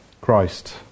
Christ